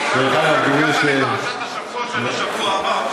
פרשת השבוע של השבוע הבא.